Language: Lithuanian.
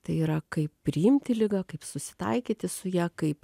tai yra kaip priimti ligą kaip susitaikyti su ja kaip